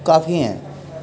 کافی ہیں